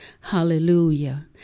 Hallelujah